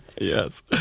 Yes